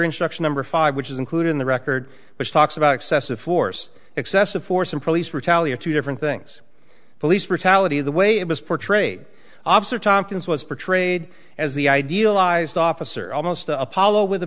instruction number five which is included in the record which talks about excessive force excessive force and police brutality are two different things police brutality the way it was portrayed officer tompkins was portrayed as the idealized officer almost apollo with a